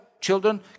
children